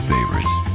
Favorites